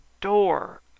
door